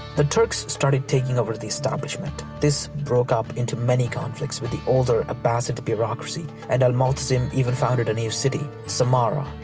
the turks started taking over the establishment. this broke up into many conflicts with the older abbasid bureaucracy and al-mu'tasim even founded a new city, sammara,